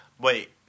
Wait